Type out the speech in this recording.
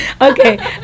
okay